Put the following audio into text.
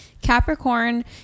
Capricorn